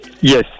Yes